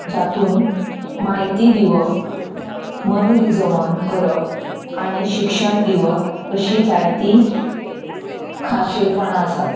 जातूंत म्हायती दिवप मनरिजवण करप आनी शिक्षण दिवप अशीं जायतीं खाशेलपणां आसात